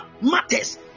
matters